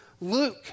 Luke